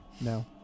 No